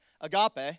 agape